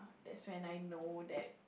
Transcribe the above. that's when I know that